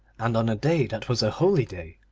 and on a day that was a holy day,